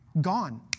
Gone